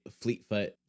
Fleetfoot